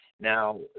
Now